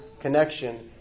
connection